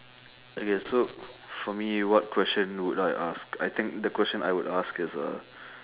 okay so for me what question would I ask I think the question I would ask is uh